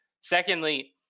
secondly